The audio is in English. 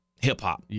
hip-hop